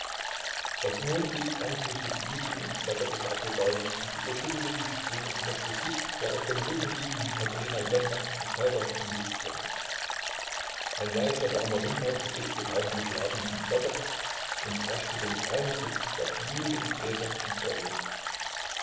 das mondlicht drang durch die blüten und blätter des apfelbaumes und überschüttete die figur und das gesicht der auf dem rücken liegenden katerina lwowna mit zauberhaften lichtflecken ein leiser warmer windhauch bewegte kaum die schlafenden blätter und brachte den feinen duft der blühenden gräser und bäume